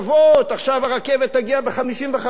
עכשיו הרכבת תגיע ב-55 דקות,